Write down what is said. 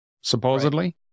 supposedly